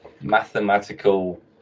mathematical